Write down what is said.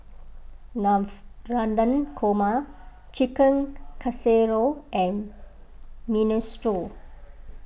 Navratan Korma Chicken Casserole and Minestrone